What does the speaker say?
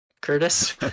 Curtis